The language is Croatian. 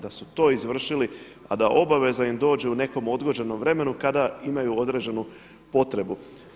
Da su to izvršili, a da obaveza im dođe u nekom odgođenom vremenu kada imaju određenu potrebu.